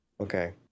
Okay